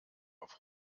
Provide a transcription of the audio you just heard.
auf